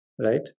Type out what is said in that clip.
Right